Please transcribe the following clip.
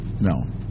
no